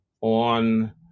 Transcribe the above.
on